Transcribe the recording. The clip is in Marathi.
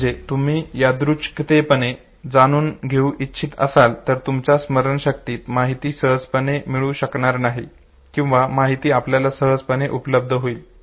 म्हणजे जर तुम्ही यादृच्छिकपणे जाणून घेऊ इच्छित असाल तर तुमच्या स्मरणशक्तीत माहिती सहजपणे मिळू शकणार नाही किंवा माहिती आपल्याला सहज उपलब्ध होईल